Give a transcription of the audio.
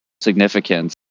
significance